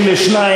62,